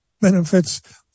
benefits